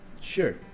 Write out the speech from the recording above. sure